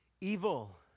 Evil